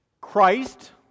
Christ